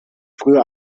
früher